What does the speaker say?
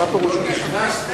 לא, הוא לא נכנס בכלל.